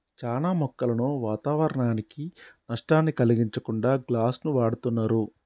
చానా మొక్కలను వాతావరనానికి నష్టాన్ని కలిగించకుండా గ్లాస్ను వాడుతున్నరు